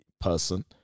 person